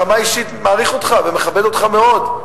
ברמה האישית אני מעריך אותך ומכבד אותך מאוד,